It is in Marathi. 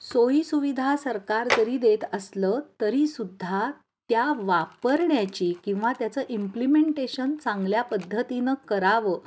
सोईसुविधा सरकार जरी देत असलं तरीसुद्धा त्या वापरण्याची किंवा त्याचं इम्प्लिमेंटेशन चांगल्या पद्धतीनं करावं